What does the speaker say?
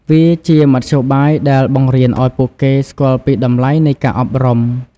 វាជាមធ្យោបាយដែលបង្រៀនឱ្យពួកគេស្គាល់ពីតម្លៃនៃការអប់រំ។